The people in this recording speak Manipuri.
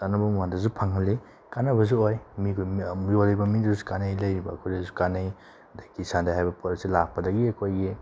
ꯆꯥꯟꯅꯕ ꯃꯃꯜꯗꯁꯨ ꯐꯪꯍꯜꯂꯤ ꯀꯥꯟꯅꯕꯁꯨ ꯑꯣꯏ ꯌꯣꯜꯂꯤꯕ ꯃꯤꯗꯨꯗꯁꯨ ꯀꯥꯟꯅꯩ ꯂꯩꯔꯤꯕ ꯑꯩꯈꯣꯏꯗꯁꯨ ꯀꯥꯟꯅꯩ ꯑꯗꯒꯤ ꯁꯟꯗꯦ ꯍꯥꯏꯕ ꯄꯣꯠ ꯑꯁꯤ ꯂꯥꯛꯄꯗꯒꯤ ꯑꯩꯈꯣꯏꯒꯤ